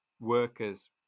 workers